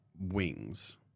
wings